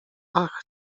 ach